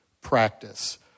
practice